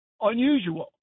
unusual